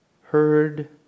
heard